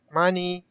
money